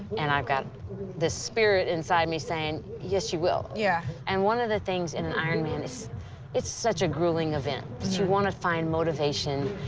and i've got this spirit inside me saying yes, you will. yeah. and one of the things in an ironman is it's such a grueling event that you want to find motivation,